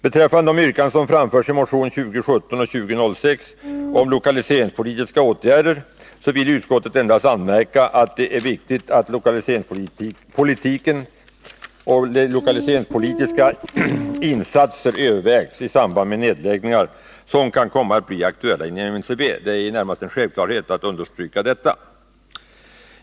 Beträffande det yrkande som framförts i motionerna 2006 och 2017 om lokaliseringspolitiska åtgärder vill utskottet endast anmärka att det är viktigt att lokaliseringspolitiska insatser övervägs i samband med nedläggningar som kan komma att bli aktuella inom NCB. Det är närmast en självklarhet.